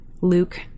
Luke